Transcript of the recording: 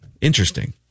Interesting